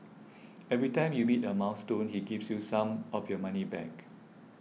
every time you meet a milestone he gives you some of your money back